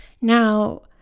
Now